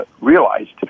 realized